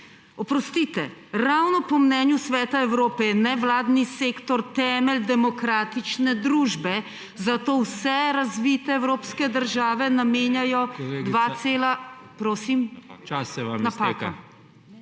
Oprostite, ravno po mnenju Sveta Evrope je nevladni sektor temelj demokratične družbe, zato vse razvite evropske države namenjajo 2,5 …